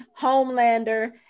Homelander